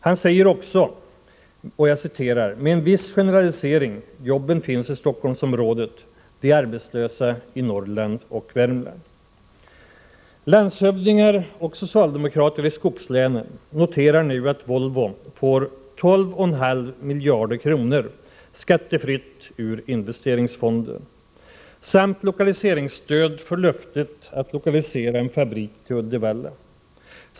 Han säger också: ”Med en viss generalisering: jobben finns i Stockholmsområdet, de arbetslösa i Norrland och Värmland.” Landshövdingar och socialdemokrater i skogslänen noterar nu att Volvo får 12,5 miljarder kronor skattefritt ur investeringsfonden samt lokaliseringsstöd för löftet att lokalisera en fabrik till Uddevalla.